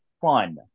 fun